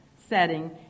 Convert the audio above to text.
setting